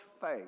faith